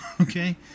Okay